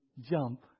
jump